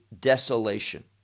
desolation